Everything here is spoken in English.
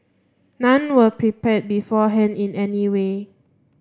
none were prepared beforehand in any way